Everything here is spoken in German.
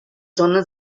sonne